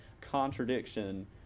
contradiction